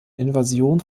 invasion